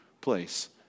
place